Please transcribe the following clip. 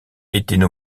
étaient